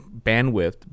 bandwidth